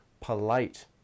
polite